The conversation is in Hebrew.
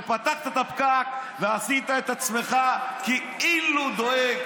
פתחת את הפקק ועשית את עצמך כאילו דואג